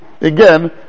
again